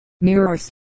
mirrors